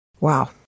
Wow